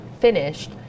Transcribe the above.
finished